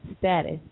status